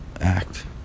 act